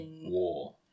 war